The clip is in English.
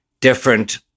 different